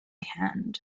hand